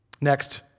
Next